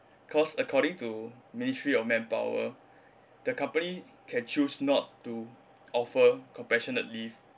cause according to ministry of manpower the company can choose not to offer compassionate leave